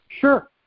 Sure